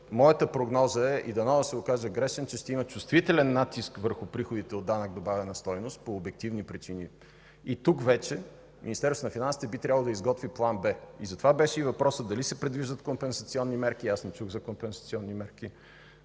Моята прогноза е, и дано да се окаже грешна, че ще има чувствителен натиск върху приходите от данък добавена стойност по обективни причини, и тук вече Министерството на финансите би трябвало да изготви план Б. Затова беше и въпросът: дали се предвиждат компенсационни мерки? Аз не чух за компенсационни мерки.